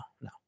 no